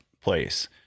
place